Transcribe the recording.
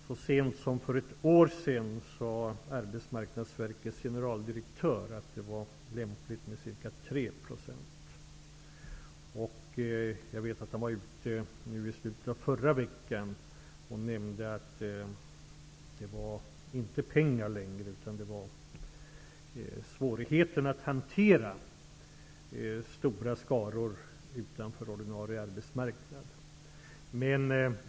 Så sent som för ett år sedan sade Arbetsmarknadsverkets generaldirektör att det var lämpligt med ca 3 %. Jag vet att han i slutet av förra veckan nämnde att det inte längre handlade om pengar utan om svårigheten att hantera stora skaror utanför ordinarie arbetsmarknad.